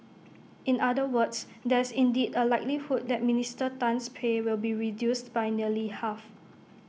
in other words there is indeed A likelihood that Minister Tan's pay will be reduced by nearly half